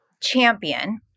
champion